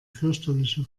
fürchterliche